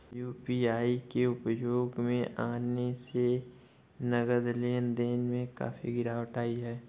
UPI के उपयोग में आने से नगद लेन देन में काफी गिरावट आई हैं